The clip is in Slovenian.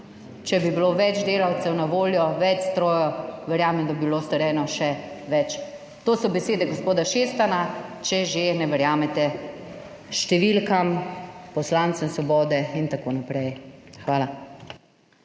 Če bi bilo več delavcev na voljo, več strojev, verjamem, da bi bilo storjeno še več. To so besede gospoda Šestana, če že ne verjamete številkam, poslancem Svobode in tako naprej. Hvala.